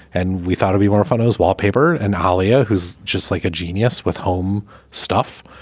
and we thought be more photos, wallpaper. and aleo, who's just like a genius with home stuff,